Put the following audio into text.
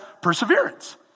perseverance